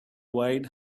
wide